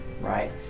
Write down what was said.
right